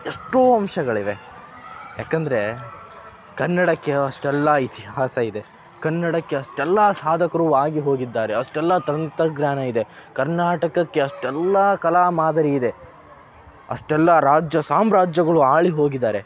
ಎಷ್ಟೋ ಅಂಶಗಳಿವೆ ಏಕಂದ್ರೆ ಕನ್ನಡಕ್ಕೆ ಅಷ್ಟೆಲ್ಲ ಇತಿಹಾಸ ಇದೆ ಕನ್ನಡಕ್ಕೆ ಅಷ್ಟೆಲ್ಲ ಸಾಧಕರು ಆಗಿ ಹೋಗಿದ್ದಾರೆ ಅಷ್ಟೆಲ್ಲ ತ್ರಂತಜ್ಞಾನ ಇದೆ ಕರ್ನಾಟಕಕ್ಕೆ ಅಷ್ಟೆಲ್ಲ ಕಲಾ ಮಾದರಿ ಇದೆ ಅಷ್ಟೆಲ್ಲ ರಾಜ್ಯ ಸಾಮ್ರಾಜ್ಯಗಳು ಆಳಿ ಹೋಗಿದ್ದಾರೆ